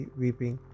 weeping